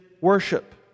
worship